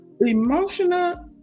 Emotional